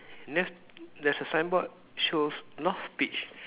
there's there's a signboard shows North Beach